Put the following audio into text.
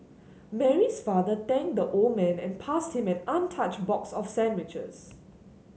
Mary's father thanked the old man and passed him an untouched box of sandwiches